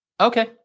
Okay